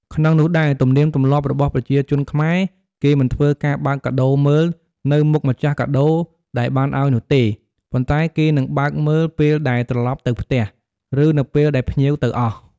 ក្នុងនោះដែរ ទំនៀមទំលាប់របស់ប្រជាជនខ្មែរ គេមិនធ្វើការបើកកាដូមើល នៅមុខម្ចាស់កាដូដែលបានអោយនោះទេ ប៉ុន្តែគេនិងបើកមើលពេលដែលត្រឡប់ទៅផ្ទះ ឬនៅពេលដែលភ្ញៀវទៅអស់។